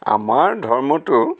আমাৰ ধৰ্মটো